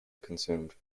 consumed